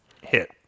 hit